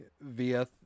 via